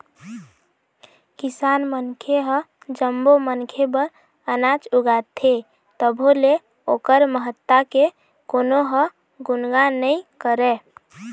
किसान मनखे ह जम्मो मनखे बर अनाज उगाथे तभो ले ओखर महत्ता के कोनो ह गुनगान नइ करय